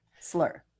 slur